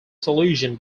solution